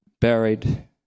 buried